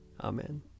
Amen